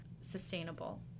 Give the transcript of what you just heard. sustainable